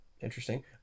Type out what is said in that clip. Interesting